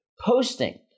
posting